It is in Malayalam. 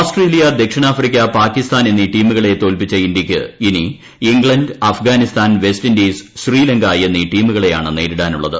ഓസ്ട്രേലിയ ദക്ഷിണാഫ്രിക്ക പാകിസ്ഥാൻ എന്നീ ടീമുകളെ തോൽപിച്ചു ഇന്ത്യയ്ക്ക് ഇനി ഇംഗ്ലണ്ട് അഫ്ഗാനിസ്ഥാൻ വെസ്റ്റിന്റീസ് ശ്രീലങ്ക എന്നീ ടീമുകളെയാണ് നേരിടാനുള്ളത്